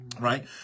Right